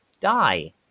die